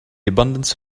abundance